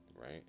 right